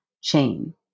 chain